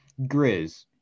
Grizz